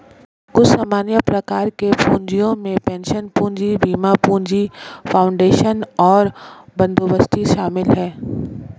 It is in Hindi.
कुछ सामान्य प्रकार के पूँजियो में पेंशन पूंजी, बीमा पूंजी, फाउंडेशन और बंदोबस्ती शामिल हैं